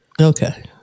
Okay